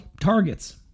targets